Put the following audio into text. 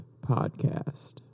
Podcast